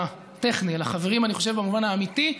הטכני אלא חברים אני חושב במובן האמיתי,